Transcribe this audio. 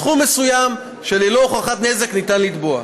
סכום מסוים שללא הוכחת נזק ניתן לתבוע.